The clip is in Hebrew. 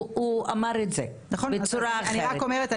הוא אמר את זה בצורה אחרת.